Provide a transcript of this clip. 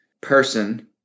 person